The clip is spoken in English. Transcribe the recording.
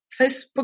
Facebook